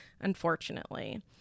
unfortunately